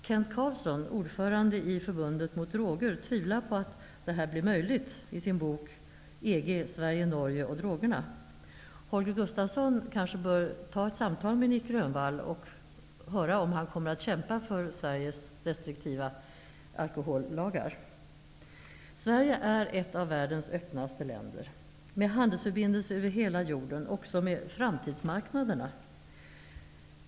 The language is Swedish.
Kenth Karlsson, ordförande i Sverige/Norge och drogerna tvivel på att detta blir möjligt. Holger Gustafsson kanske bör ta ett samtal med Nic Grönvall och höra om han kommer att kämpa för Sveriges restriktiva alkohollagar. Sverige är ett av världens öppnaste länder med handelsförbindelser över hela jorden, också med framtidsmarknaderna.